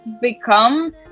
become